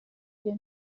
gihe